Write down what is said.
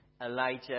Elijah